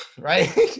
Right